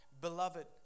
Beloved